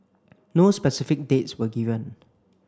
no specific dates were given